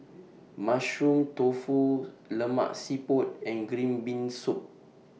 Mushroom Tofu Lemak Siput and Green Bean Soup